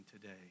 today